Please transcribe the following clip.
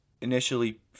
initially